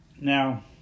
Now